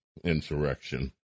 insurrection